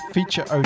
Feature